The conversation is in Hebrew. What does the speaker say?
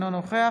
אינו נוכח